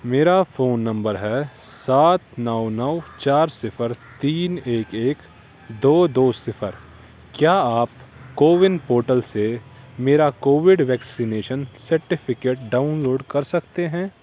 میرا phone number ہے سات نو نو چار صفر تین ایک ایک دو دو صفر کیا آپ کوون پورٹل سے میرا Covid vaccination certificate download کر سکتے ہیں